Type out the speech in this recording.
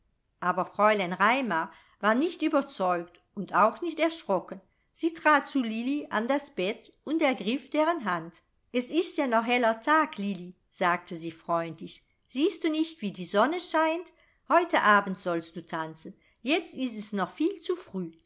aber fräulein raimar war nicht überzeugt und auch nicht erschrocken sie trat zu lilli an das bett und ergriff deren hand es ist ja noch heller tag lilli sagte sie freundlich siehst du nicht wie die sonne scheint heute abend sollst du tanzen jetzt ist es noch viel zu früh